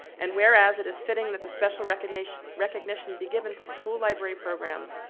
and whereas it is fitting that the special recognition recognition be given to school library programs,